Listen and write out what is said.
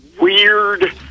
weird